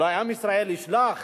אולי עם ישראל ישלח